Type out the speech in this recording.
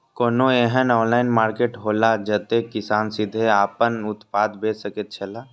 कोनो एहन online market हौला जते किसान सीधे आपन उत्पाद बेच सकेत छला?